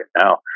now